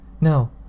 No